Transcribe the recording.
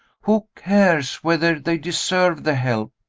who cares whether they deserve the help?